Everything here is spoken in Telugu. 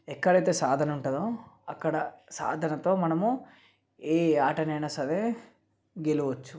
ఎక్కడైతే సాధన ఉంటుందో అక్కడ సాధనతో మనము ఏ ఆటనైనా సరే గెలవచ్చు